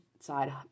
side